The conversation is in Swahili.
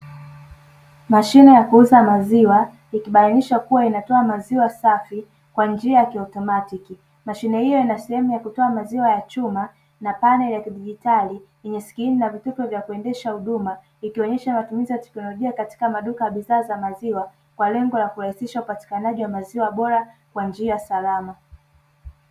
Mashine ya kuuza maziwa ikibainishwa kuwa inatoa maziwa safi kwa njia ya kiautomatiki. Mashine hiyo ina sehemu ya kutoa maziwa ya chuma na paneli ya kidigitali yenye skrini na vitufe vya kuendesha huduma ikionyesha matumizi ya teknolojia katika maduka ya bidhaa za maziwa, kwa lengo la kurahisisha upatikanaji wa maziwa bora kwa njia salama.